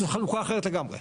זו חלוקה אחרת לגמרי.